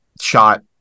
shot